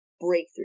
breakthrough